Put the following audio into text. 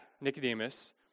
Nicodemus